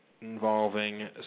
involving